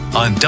on